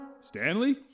Stanley